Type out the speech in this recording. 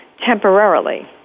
temporarily